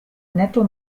netto